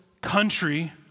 country